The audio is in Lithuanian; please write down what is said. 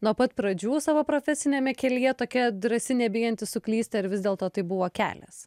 nuo pat pradžių savo profesiniame kelyje tokia drąsi nebijanti suklysti ar vis dėlto tai buvo kelias